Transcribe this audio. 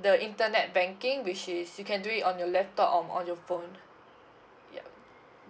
the internet banking which is you can do it on your laptop or on your phone yup